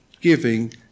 giving